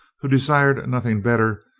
who desired nothing better,